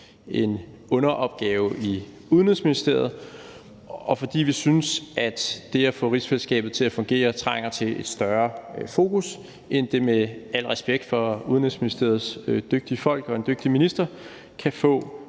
en underopgave i Udenrigsministeriet, og fordi vi synes, af det at få rigsfællesskabet til at fungere trænger til et større fokus, end det – med al respekt for Udenrigsministeriets dygtige folk og dygtige minister – kan få